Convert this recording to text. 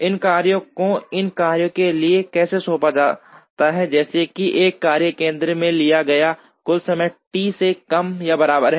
इन कार्यों को इन कार्यों के लिए कैसे सौंपा जाता है जैसे कि एक कार्य केंद्र में लिया गया कुल समय T से कम या बराबर है